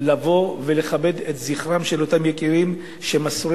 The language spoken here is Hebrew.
לבוא ולכבד את זכרם של אותם יקירים שמסרו